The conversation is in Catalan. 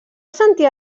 sentir